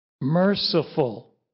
merciful